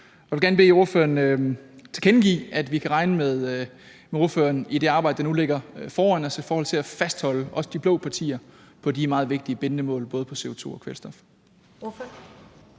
jeg vil gerne bede ordføreren tilkendegive, at vi kan regne med ordføreren i det arbejde, der nu ligger foran os i forhold til at fastholde også de blå partier på de meget vigtige bindende mål, både i forhold til CO2 og kvælstof.